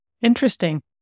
Interesting